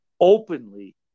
openly